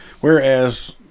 Whereas